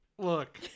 Look